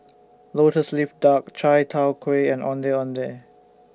Lotus Leaf Duck Chai Tow Kway and Ondeh Ondeh